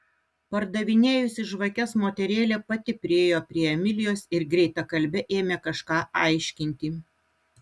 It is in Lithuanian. pardavinėjusi žvakes moterėlė pati priėjo prie emilijos ir greitakalbe ėmė kažką aiškinti